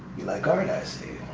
you like art i see,